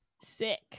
sick